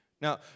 Now